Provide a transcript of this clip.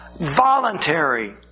voluntary